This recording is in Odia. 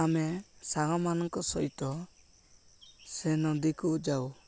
ଆମେ ସାଙ୍ଗମାନଙ୍କ ସହିତ ସେ ନଦୀକୁ ଯାଉ